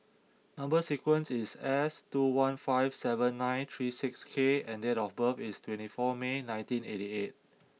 number sequence is S two one five seven nine three six K and date of birth is twenty four May nineteen eighty eight